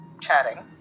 chatting